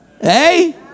Hey